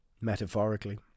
metaphorically